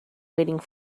waiting